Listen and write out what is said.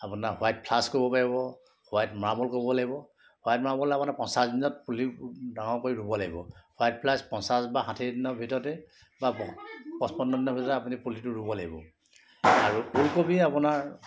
আপোনাৰ white flush কৰিব পাৰিব হোৱাইট মাৰ্বল কৰিব লাগিব হোৱাইট মাৰ্বল আপোনাৰ পঞ্চাছ দিনত ফুলি ডাঙৰ কৰি ৰুব লাগি হোৱাইট ফ্লাছ পঞ্চাছ বা ষাঠি দিনৰ ভিতৰতে বা প পঁচপন্ন দিনৰ ভিতৰতে আপুনি পুলিটো ৰুব লাগিব আৰু ওলকবি আপোনাৰ